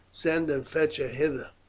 send and fetch her hither.